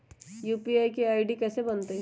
UPI के I D कैसे बनतई?